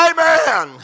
Amen